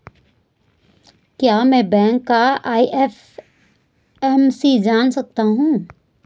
क्या मैं बैंक का आई.एफ.एम.सी जान सकता हूँ?